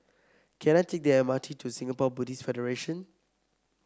can I take the M R T to Singapore Buddhist Federation